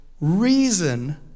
reason